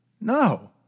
No